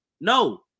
no